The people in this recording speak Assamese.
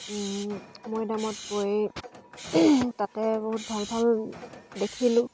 ওম মৈদামত গৈ তাতে বহুত ভাল ভাল দেখিলোঁ